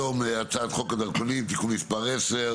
אין יום שהאנשים הנכבדים האלה לא מדברים איתי,